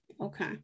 Okay